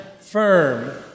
firm